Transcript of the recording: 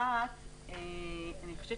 אחת, אני חושבת